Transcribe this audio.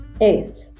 Eighth